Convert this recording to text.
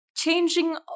Changing